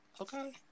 Okay